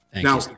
Now